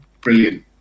brilliant